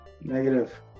Negative